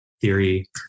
theory